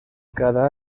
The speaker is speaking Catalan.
cada